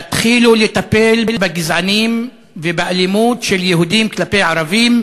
תתחילו לטפל בגזענים ובאלימות של יהודים כלפי ערבים,